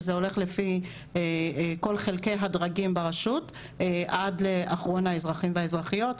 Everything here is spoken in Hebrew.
וזה הולך לפי כל חלקי הדרגים ברשות עד לאחרון האזרחים והאזרחיות,